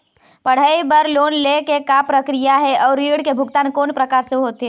पढ़ई बर लोन ले के का प्रक्रिया हे, अउ ऋण के भुगतान कोन प्रकार से होथे?